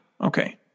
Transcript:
Okay